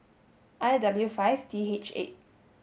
I W five D H eight